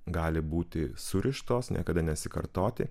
gali būti surištos niekada nesikartoti